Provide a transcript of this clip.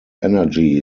energy